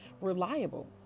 reliable